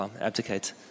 abdicate